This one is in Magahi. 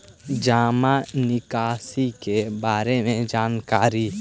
जामा निकासी के बारे में जानकारी?